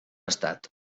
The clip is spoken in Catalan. estat